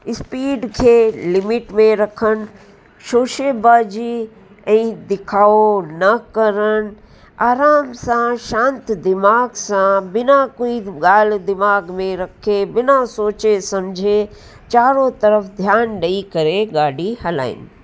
speed खे limit में रखनि शोशे बाजी ऐं दिखावो न करण आराम सां शांति दीमाग़ु सां बिना कोई ॻाल्हि दीमाग़ु में रखे बिना सोचे सम्झे चारो तरफ़ ध्यानु ॾई करे गाॾी हलाइनि